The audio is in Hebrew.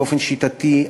באופן שיטתי,